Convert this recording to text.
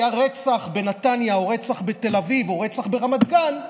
היה רצח בנתניה או רצח בתל אביב או רצח ברמת גן,